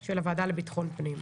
של הוועדה לביטחון פנים.